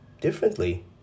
differently